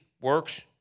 works